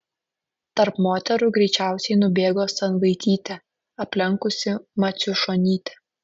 tarp moterų greičiausiai nubėgo sanvaitytė aplenkusi maciušonytę